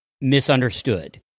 misunderstood